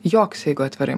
joks jeigu atvirai